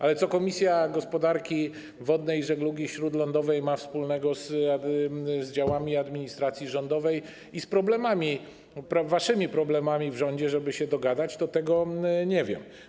Ale co Komisja Gospodarki Morskiej i Żeglugi Śródlądowej ma wspólnego z działami administracji rządowej i z waszymi problemami w rządzie, żeby się dogadać, to tego nie wiem.